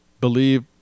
believe